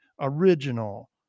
original